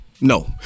no